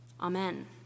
Amen